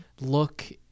look